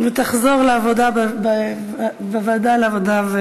ותחזור לוועדת העבודה,